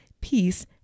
peace